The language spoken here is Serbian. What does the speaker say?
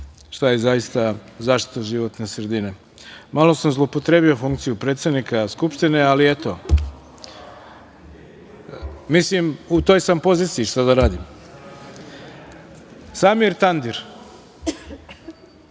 šta je zaista zaštita životne sredine. Malo sam zloupotrebio funkciju predsednika Skupštine, ali eto, u toj sam poziciji, šta da radim. Reč ima